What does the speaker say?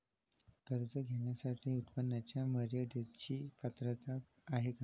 कर्ज घेण्यासाठी उत्पन्नाच्या मर्यदेची पात्रता आहे का?